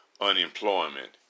unemployment